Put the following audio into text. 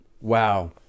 wow